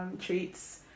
treats